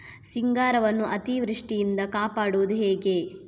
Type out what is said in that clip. ಸಿಂಗಾರವನ್ನು ಅತೀವೃಷ್ಟಿಯಿಂದ ಕಾಪಾಡುವುದು ಹೇಗೆ?